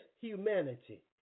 humanity